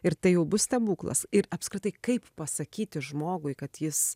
ir tai jau bus stebuklas ir apskritai kaip pasakyti žmogui kad jis